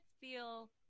feel